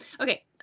Okay